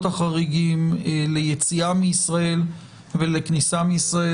החריגים ליציאה מישראל ולכניסה לישראל,